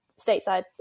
stateside